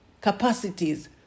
capacities